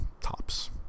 tops